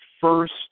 first